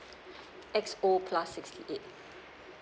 X_O plus sixty eight